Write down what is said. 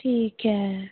ਠੀਕ ਹੈ